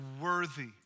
worthy